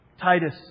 Titus